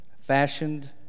fashioned